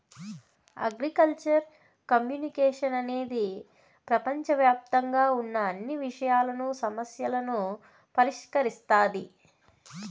agricultural communication అనేది ప్రపంచవ్యాప్తంగా ఉన్న అన్ని విషయాలను, సమస్యలను పరిష్కరిస్తాది